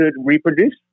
reproduce